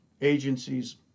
agencies